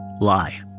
lie